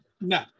No